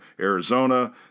Arizona